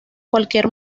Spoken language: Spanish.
cualquier